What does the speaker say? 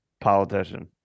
politician